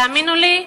תאמינו לי,